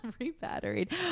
Re-batteried